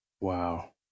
Wow